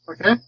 Okay